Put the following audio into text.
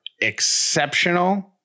exceptional